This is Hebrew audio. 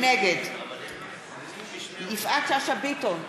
נגד יפעת שאשא ביטון,